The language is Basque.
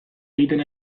egiten